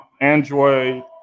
Android